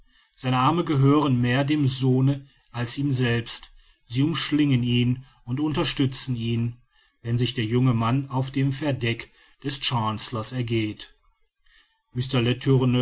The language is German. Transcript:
seine arme gehören mehr dem sohne als ihm selbst sie umschlingen ihn und unterstützen ihn wenn sich der junge mann auf dem verdeck des chancellor ergeht